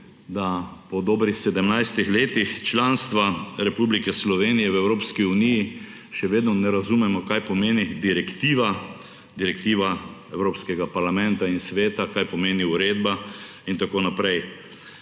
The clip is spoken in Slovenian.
da po dobrih 17 letih članstva Republike Slovenije v Evropski uniji še vedno ne razumemo, kaj pomeni direktiva, direktiva Evropskega parlamenta in Sveta, kaj pomeni uredba in tako naprej.